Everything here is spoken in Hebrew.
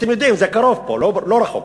אתם יודעים, זה קרוב לפה, לא רחוק.